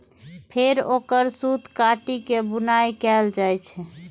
फेर ओकर सूत काटि के बुनाइ कैल जाइ छै